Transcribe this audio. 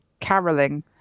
caroling